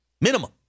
minimum